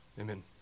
Amen